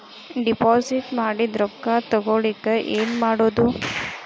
Deposit ಮಾಡಿದ ರೊಕ್ಕ ತಗೋಳಕ್ಕೆ ಏನು ಮಾಡೋದು?